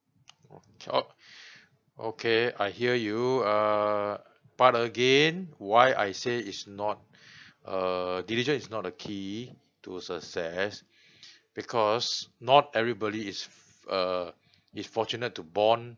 chop okay I hear you err but again why I say is not err diligence is not a key to success because not everybody is f~ uh is fortunate to born